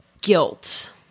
guilt